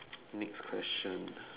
next question